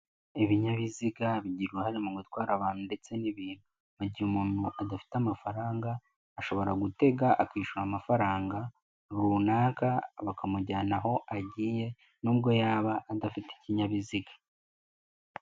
Ibinyabiziga bigira uruhare mu gutwara abantu ndetse n'ibintu, gihe umuntu adafite amafaranga ashobora gutega akishyura amafaranga runaka, bakamujyana aho agiye n'ubwo yaba adafite ikinyabiziga.